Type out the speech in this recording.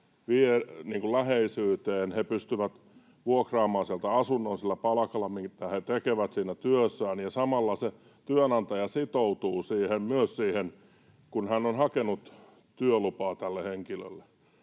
läheisyyteen. He pystyivät vuokraamaan sieltä asunnon sillä palkalla, minkä he tekivät siinä työssään, ja samalla työnantaja sitoutuu myös siihen, kun hän on hakenut työlupaa tälle henkilölle.